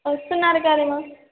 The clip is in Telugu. వస్తున్నారు కానీ మ్యామ్